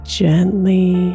gently